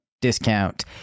discount